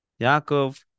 Yaakov